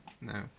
no